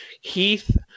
Heath